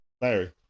Larry